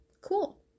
Cool